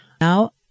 now